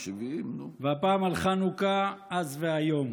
70. והפעם על חנוכה אז והיום.